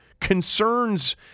concerns